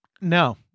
No